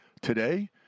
Today